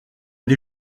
des